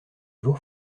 lourds